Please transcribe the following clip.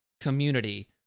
community